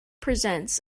presents